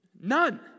None